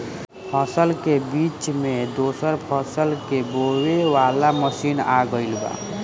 फसल के बीच मे दोसर फसल के बोवे वाला मसीन आ गईल बा